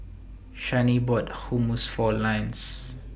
Shani bought Hummus For Ines